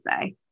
say